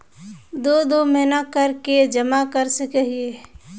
दो दो महीना कर के जमा कर सके हिये?